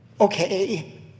Okay